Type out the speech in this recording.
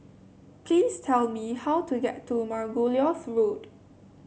please tell me how to get to Margoliouth Road